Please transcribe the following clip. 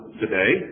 today